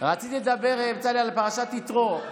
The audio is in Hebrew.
רציתי לדבר, בצלאל, על פרשת יתרו.